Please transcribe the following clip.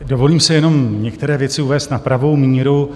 Dovolím si jenom některé věci uvést na pravou míru.